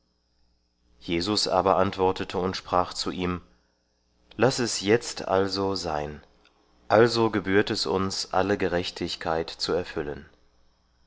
jesus aber antwortete und sprach zu ihm laß es jetzt also sein also gebührt es uns alle gerechtigkeit zu erfüllen